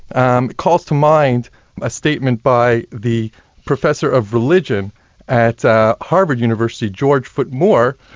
um calls to mind a statement by the professor of religion at ah harvard university, george foot moore,